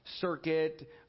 circuit